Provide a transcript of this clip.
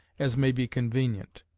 as may be convenient.